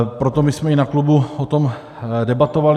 Proto my jsme i na klubu o tom debatovali.